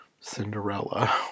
Cinderella